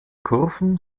kurven